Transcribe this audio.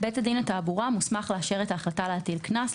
21.בית דין לתעבורה מוסמך לאשר את ההחלטה להטיל קנס,